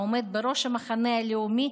העומד בראש המחנה הלאומי,